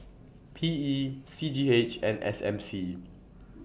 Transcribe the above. P E C G H and S M C